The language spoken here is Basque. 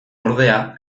ordea